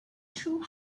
two